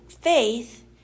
faith